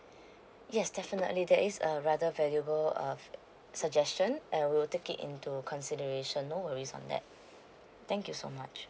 yes definitely there is a rather valuable uh suggestion I will take it into consideration no worries on that thank you so much